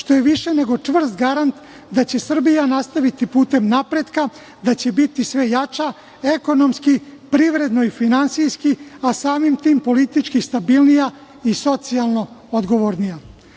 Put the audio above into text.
što je više nego čvrst garant da će Srbija nastaviti putem napretka, da će biti sve jača ekonomski, privredno i finansijski, a samim tim politički stabilnija i socijalno odgovornija. Kada